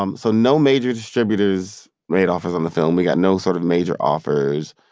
um so no major distributors made offers on the film. we got no sort of major offers,